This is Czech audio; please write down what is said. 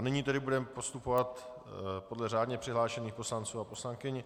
Nyní tedy budeme postupovat podle řádně přihlášených poslanců a poslankyň.